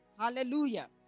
Hallelujah